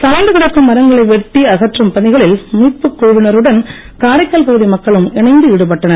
சாய்ந்துகிடக்கும் மரங்களை வெட்டி அகற்றும் பணிகளில் மீட்புக் குழுவினருடன் காரைக்கால் பகுதி மக்களும் இணைந்து ஈடுபட்டனர்